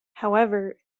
however